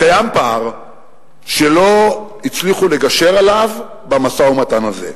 קיים פער שלא הצליחו לגשר עליו במשא-ומתן הזה.